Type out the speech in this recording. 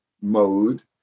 mode